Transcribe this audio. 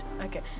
Okay